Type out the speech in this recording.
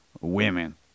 women